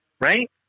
right